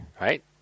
right